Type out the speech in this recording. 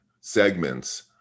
segments